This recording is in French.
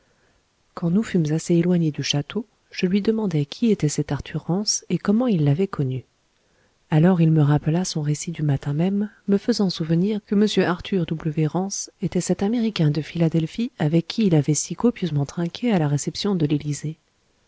quand nous fûmes assez éloignés du château je lui demandai qui était cet arthur rance et comment il l'avait connu alors il me rappela son récit du matin même me faisant souvenir que m arthur w rance était cet américain de philadelphie avec qui il avait si copieusement trinqué à la réception de l'élysée